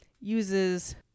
uses